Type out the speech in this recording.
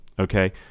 Okay